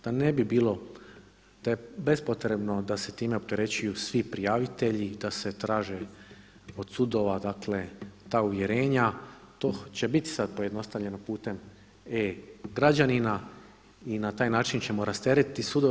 Da ne bi bilo da je bespotrebno da se time opterećuju svi prijavitelji, da se traži od sudova, dakle ta uvjerenja to će bit sad pojednostavljeno putem e-građanina i na taj način ćemo rasteretiti sudove.